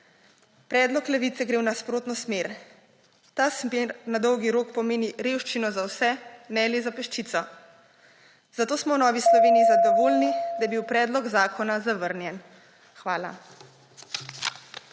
Predlog Levice gre v nasprotno smer. Ta smer na dolgi rok pomeni revščino za vse, ne le za peščico. Zato smo v Novi Sloveniji zadovoljni, da je bil predlog zakona zavrnjen. Hvala.